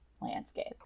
landscape